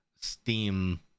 Steam